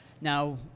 Now